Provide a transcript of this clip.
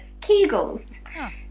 Kegels